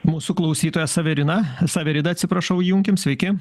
mūsų klausytoja severina saverida atsiprašau įjunkim sveiki